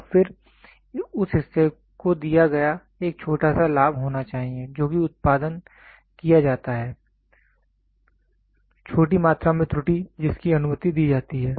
तो फिर उस हिस्से को दिया गया एक छोटा सा लाभ होना चाहिए जो कि उत्पादन किया जाता है छोटी मात्रा में त्रुटि जिसकी अनुमति दी जाती है